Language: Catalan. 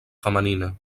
femenina